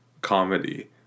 comedy